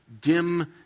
dim